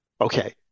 Okay